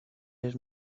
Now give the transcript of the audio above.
les